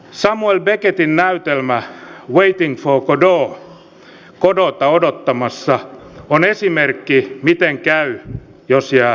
samuel beckettin näytelmä waiting for godot godota odottamassa on esimerkki miten käy jos jää odottamaan